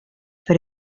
per